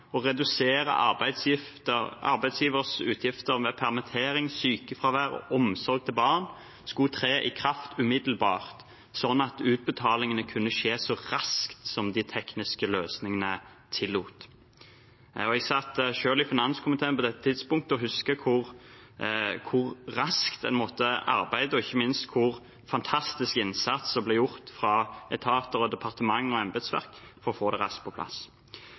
arbeidsgivers utgifter ved permittering, sykefravær og omsorg for barn skulle tre i kraft umiddelbart, sånn at utbetalingene kunne skje så raskt som de tekniske løsningene tillot. Jeg satt selv i finanskomiteen på dette tidspunktet og husker hvor raskt en måtte arbeide, og ikke minst hvilken fantastisk innsats som ble gjort av etater, departementer og embetsverk for å få det raskt på plass.